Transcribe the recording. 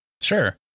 Sure